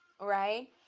right